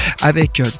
avec